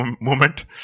moment